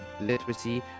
literacy